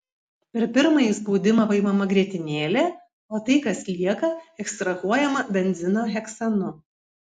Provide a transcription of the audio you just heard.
per pirmąjį spaudimą paimama grietinėlė o tai kas lieka ekstrahuojama benzino heksanu